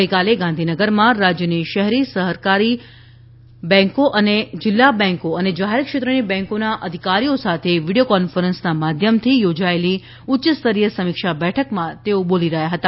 ગઈકાલે ગાંધીનગરમાં રાજ્યની શહેરી સહકારી બેન્કો જિલ્લા બેન્કો અને જાહેર ક્ષેત્રની બેન્કોના અધિકારીઓ સાથે વીડિયો કોન્ફરન્સ માધ્યમથી યોજાયેલી ઉચ્યસ્તરીય સમીક્ષા બેઠકમાં તેઓ બોલી રહ્યા હતા